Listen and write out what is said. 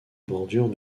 bordure